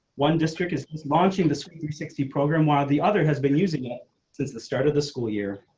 one district is launching this new sixty program while the other has been using it since the start of the school year.